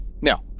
No